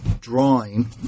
drawing